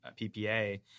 PPA